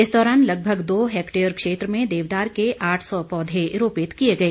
इस दौरान लगभग दो हेक्टेयर क्षेत्र में देवदार के आठ सौ पौधे रोपित किए गए